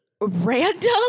random